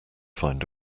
find